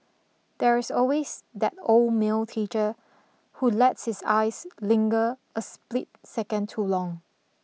there is always that old male teacher who lets his eyes linger a split second too long